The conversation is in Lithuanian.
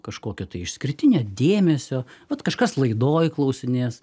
kažkokio tai išskirtinio dėmesio vat kažkas laidoj klausinės